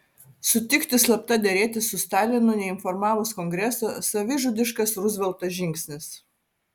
sutikti slapta derėtis su stalinu neinformavus kongreso savižudiškas ruzvelto žingsnis